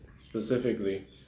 specifically